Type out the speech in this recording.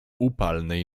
upalnej